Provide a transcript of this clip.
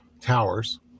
towers